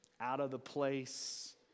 out-of-the-place